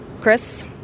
Chris